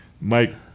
Mike